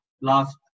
last